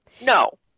no